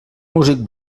músic